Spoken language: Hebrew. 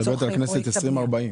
את מדברת על כנסת 2040?